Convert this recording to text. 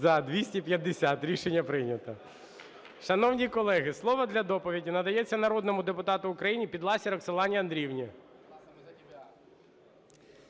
За-250 Рішення прийнято. Шановні колеги, слово для доповіді надається народному депутату України Підласій Роксолані Андріївні.